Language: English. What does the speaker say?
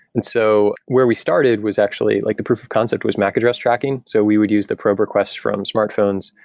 and so where we started was actually, like the proof of concept was mac address tracking. so we would use the probe requests from smartphones.